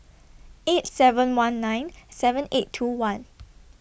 eight seven one nine seven eight two one